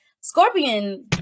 Scorpion